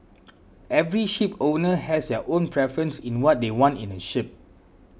every shipowner has their own preference in what they want in a ship